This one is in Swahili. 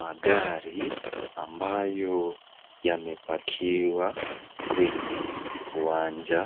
Magari ambayo, yamepakiwa kwenye uwanja,